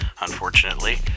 unfortunately